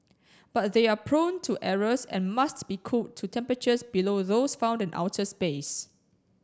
but they are prone to errors and must be cooled to temperatures below those found in outer space